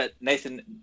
Nathan